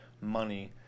money